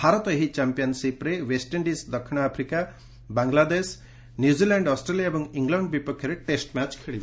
ଭାରତ ଏହି ଚାମ୍ପିୟନ୍ସିପ୍ରେ ଓ୍ବେଷ୍ଟଇଣ୍ଡିଜ୍ ଦକ୍ଷଣ ଆଫ୍ରିକା ବାଙ୍ଗଲାଦେଶ ନ୍ୟୁଜିଲାଣ୍ଡ ଅଷ୍ଟ୍ରେଲିଆ ଏବଂ ଇଂଲଶ୍ଡ ବିପକ୍ଷରେ ଟେଷ୍ଟ ମ୍ୟାଚ୍ ଖେଳିବ